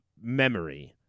memory